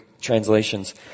translations